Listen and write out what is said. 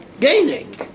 gaining